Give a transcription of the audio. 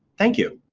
thank you.